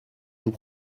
nous